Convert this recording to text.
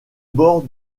bord